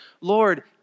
Lord